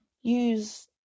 use